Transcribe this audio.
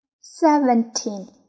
Seventeen